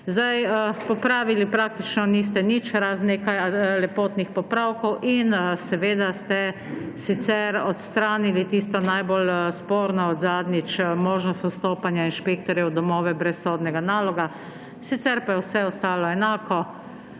urada. Popravili praktično niste nič, razen nekaj lepotnih popravkov in seveda ste sicer odstranili tisto najbolj sporno od zadnjič, možnost vstopanja inšpektorjev v domove brez sodnega naloga, sicer pa je vse ostalo enako.